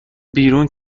بیرون